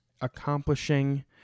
accomplishing